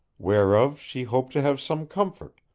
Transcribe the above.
whereof she hoped to have some comfort